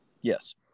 yes